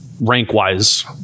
rank-wise